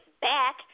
back